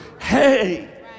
Hey